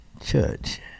church